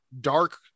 dark